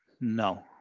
No